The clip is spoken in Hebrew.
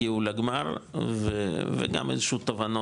הגיעו לגמר וגם איזשהם תובנות,